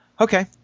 Okay